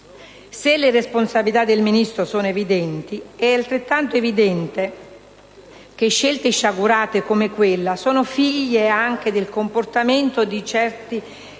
se le responsabilità del Ministro sono evidenti, è altrettanto evidente che scelte sciagurate come quella sono figlie anche del comportamento di certi